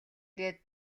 ирээд